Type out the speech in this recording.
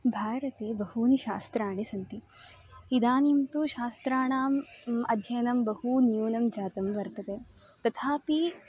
भारते बहूनि शास्त्राणि सन्ति इदानीं तु शास्त्राणाम् अध्ययनं बहू न्यूनं जातं वर्तते तथापि